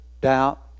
doubt